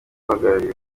uhagarariye